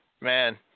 Man